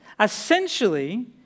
essentially